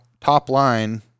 top-line